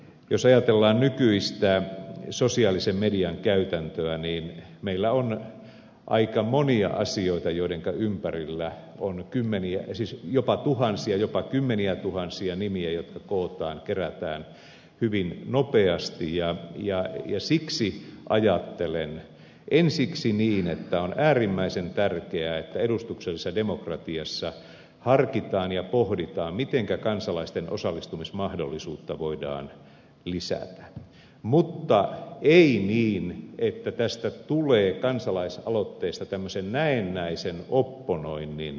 jos ajatellaan nykyistä sosiaalisen median käytäntöä niin meillä on aika monia asioita joidenka ympärillä on jopa tuhansia jopa kymmeniätuhansia nimiä jotka kootaan kerätään hyvin nopeasti ja siksi ajattelen ensiksi niin että on äärimmäisen tärkeää että edustuksellisessa demok ratiassa harkitaan ja pohditaan mitenkä kansalaisten osallistumismahdollisuutta voidaan lisätä mutta ei niin että tästä tulee kansalaisaloitteista tämmöisen näennäisen opponoinnin väli ne